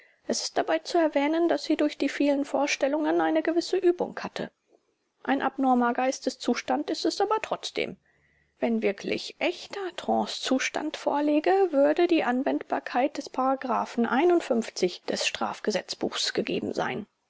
es ist dabei zu erwägen daß sie durch die vielen vorstellungen eine gewisse übung hatte ein abnormer geisteszustand ist es aber trotzdem wenn wirklich echter trancezustand vorläge würde die anwendbarkeit des des str g b gegeben sein